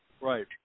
right